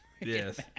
Yes